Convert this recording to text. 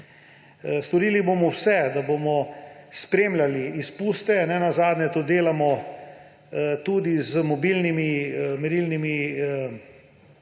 Storili bomo vse, da bomo spremljali izpuste, nenazadnje to delamo tudi z mobilnimi merilnimi